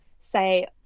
say